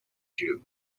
jew